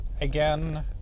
again